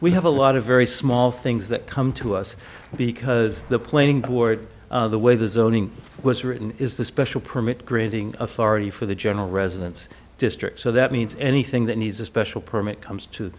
we have a lot of very small things that come to us because the playing board the way the zoning was written is the special permit granting authority for the general residence district so that means anything that needs a special permit comes to